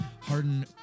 Harden